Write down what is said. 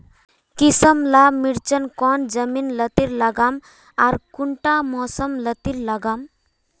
किसम ला मिर्चन कौन जमीन लात्तिर लगाम आर कुंटा मौसम लात्तिर लगाम?